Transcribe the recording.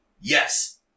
Yes